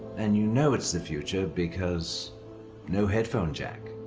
and you know it's the future because no headphone jack.